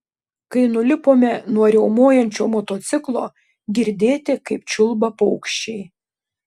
kai nulipome nuo riaumojančio motociklo girdėti kaip čiulba paukščiai